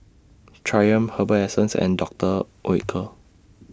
Triumph Herbal Essences and Doctor Oetker